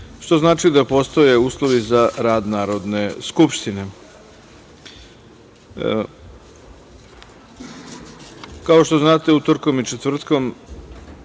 što znači da postoje uslovi za rad Narodne skupštine. Kao što znate, utorkom i četvrtkom